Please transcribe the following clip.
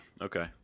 okay